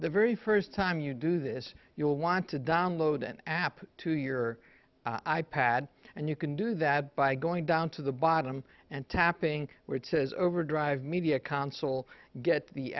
the very first time you do this you'll want to download an app to your i pad and you can do that by going down to the bottom and tapping where it says overdrive media console get the